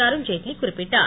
அருண்ஜேட்லி குறிப்பிட்டார்